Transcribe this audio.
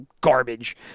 garbage